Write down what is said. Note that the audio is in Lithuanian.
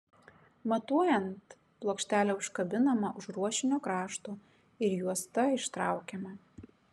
matuojant plokštelė užkabinama už ruošinio krašto ir juosta ištraukiama